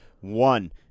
One